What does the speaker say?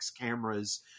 cameras